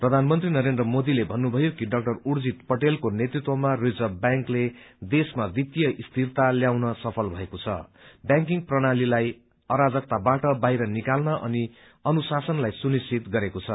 प्रधानमन्त्री नरेन्द्र मोदीले भन्नुभयो कि डा उर्जित पटेलको नेतृत्वमा रिजर्व व्यांकले देशमा वित्तीय स्थिरता ल्याउन सफल बनेको छ व्यांकिङ प्रणालीलाई अराजकताबाट बाहिर निकाल्नु अनि अनुशासनलाई सुनिश्चित गरेको छ